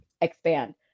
expand